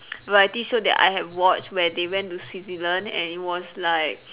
variety show that I have watched where they went to Switzerland and it was like